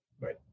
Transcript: Right